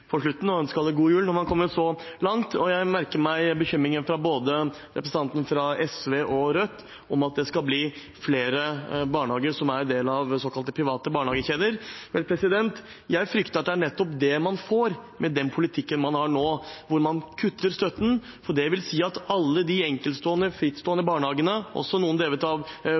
på slutten – og ønske alle god jul, når man har kommet så langt. Jeg merker meg bekymringen fra representantene fra SV og Rødt om at det skal bli flere barnehager som er en del av såkalte private barnehagekjeder. Jeg frykter at det er nettopp det man får med den politikken man har nå, hvor man kutter støtten. For det vil si at alle de enkeltstående og frittstående barnehagene – også noen drevet av